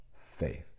faith